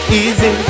easy